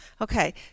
Okay